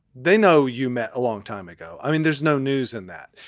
they know you met a long time ago. i mean, there's no news in that.